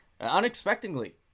unexpectedly